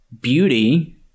beauty